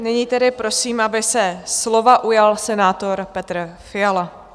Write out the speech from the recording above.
Nyní tedy prosím, aby se slova ujal senátor Petr Fiala.